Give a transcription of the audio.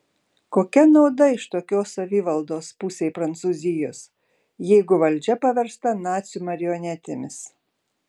kokia nauda iš tokios savivaldos pusei prancūzijos jeigu valdžia paversta nacių marionetėmis